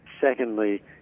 Secondly